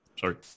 Sorry